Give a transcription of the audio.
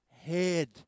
head